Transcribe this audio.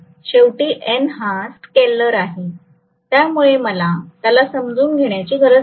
शेवटी N हा scalar आहे त्यामुळे मला त्याला सामावून घेण्याची गरज नाही